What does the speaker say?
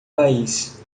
país